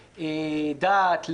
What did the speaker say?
דת,